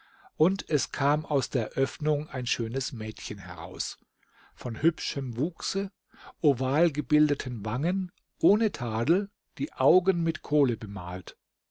und es kam aus der öffnung ein schönes mädchen heraus von hübschem wuchse oval gebildeten wangen ohne tadel die augen mit kohle bemalt